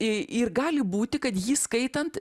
ir gali būti kad jį skaitant